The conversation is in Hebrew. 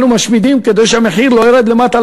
אנחנו משמידים כדי שהמחיר לא ירד למטה,